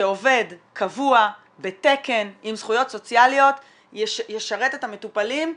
שעובד קבוע בתקן עם זכויות סוציאליות ישרת את המטופלים,